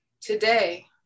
today